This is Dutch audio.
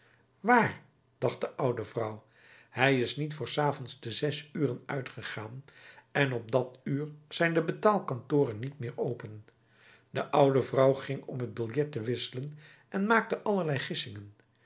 waar dacht de oude vrouw hij is niet vr s avonds te zes uren uitgegaan en op dat uur zijn de betaalkantoren niet meer open de oude vrouw ging om het biljet te wisselen en maakte allerlei